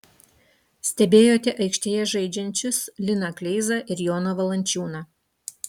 stebėjote aikštėje žaidžiančius liną kleizą ir joną valančiūną